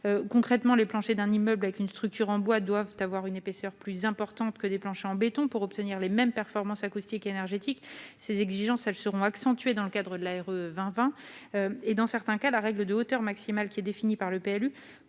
Concrètement, les planchers d'un immeuble ayant une structure en bois doivent avoir une épaisseur plus importante que des planchers en béton pour atteindre les mêmes performances acoustiques et énergétiques. Ces exigences seront encore plus contraignantes dans le cadre de la RE2020. Dans certains cas, la hauteur maximale définie par le PLU